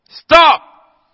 stop